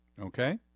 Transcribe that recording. Okay